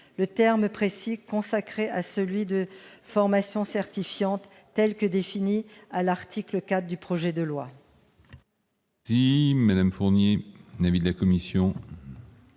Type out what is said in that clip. Les termes précis consacrés sont ceux de « formations certifiantes », telles que définies à l'article 4 du projet de loi.